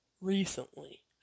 recently